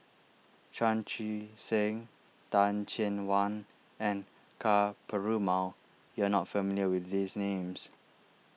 Chan Chee Seng Teh Cheang Wan and Ka Perumal you are not familiar with these names